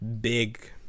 big